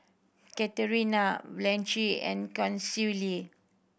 Katharina Blanche and Consuela